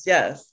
Yes